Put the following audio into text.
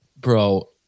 Bro